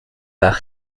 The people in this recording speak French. par